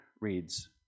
reads